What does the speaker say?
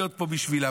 להיות פה בשבילם.